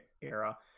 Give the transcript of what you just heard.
era